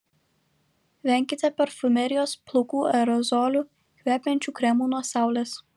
venkite parfumerijos plaukų aerozolių kvepiančių kremų nuo saulės